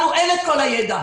לנו אין את כל הידע,